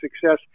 success